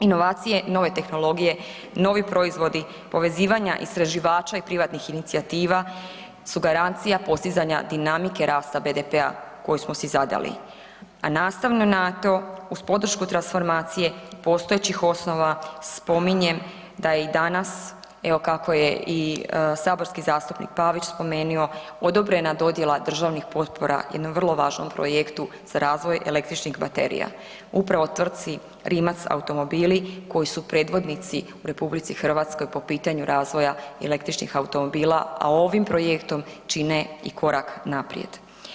Inovacije i nove tehnologije, novi proizvodi povezivanja istraživača i privatnih inicijativa su garancija postizanja dinamike rasta BDP-a koji smo si zadali, a nastavno na to uz podršku transformacije postojećih osnova spominjem da je i danas evo kako je i saborski zastupnik Pavić spomenio odobrena dodjela državnih potpora jednom vrlo važnom projektu za razvoj električnih baterija upravo tvrtci Rimac automobili koji su predvodnici u RH po pitanju razvoja električnih automobila, a ovim projektom čine i korak naprijed.